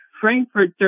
Frankfurt